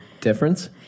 difference